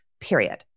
period